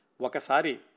Wakasari